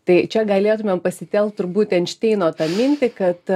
tai čia galėtumėm pasitelkt turbūt enšteino tą mintį kad